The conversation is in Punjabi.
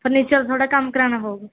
ਫਰਨੀਚਰ ਥੋੜ੍ਹਾ ਕੰਮ ਕਰਵਾਉਣਾ ਹੋਊ